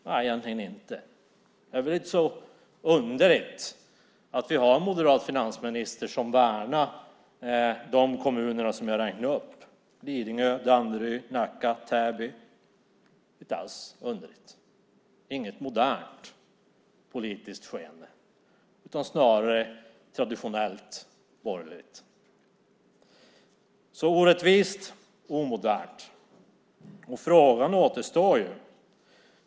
Nej, egentligen inte. Det är inte så underligt att en moderat finansminister värnar de kommuner som jag räknade upp - Lidingö, Danderyd, Nacka, Täby. Det är inte alls underligt, inget modernt politiskt skeende utan snarare traditionellt borgerligt, så orättvist, omodernt.